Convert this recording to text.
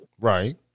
Right